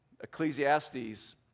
Ecclesiastes